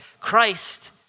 Christ